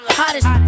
hottest